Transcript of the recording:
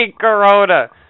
Corona